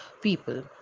people